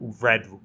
Red